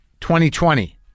2020